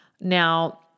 Now